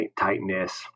tightness